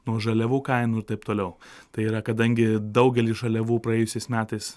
nuo žaliavų kainų ir taip toliau tai yra kadangi daugelis žaliavų praėjusiais metais